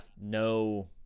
no